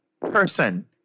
person